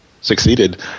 succeeded